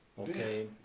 Okay